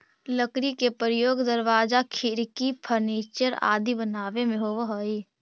लकड़ी के प्रयोग दरवाजा, खिड़की, फर्नीचर आदि बनावे में होवऽ हइ